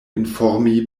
informi